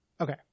Okay